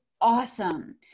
Awesome